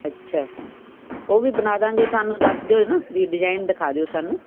ਅੱਛਾ ਉਹ ਵੀ ਬਣਾ ਦਵਾਂਗੇ ਤੁਹਾਨੂੰ ਦੱਸ ਦਿਓ ਹੈਨਾ ਵੀ ਡਿਜ਼ਾਇਨ ਦਿਖਾ ਦਿਓ ਸਾਨੂੰ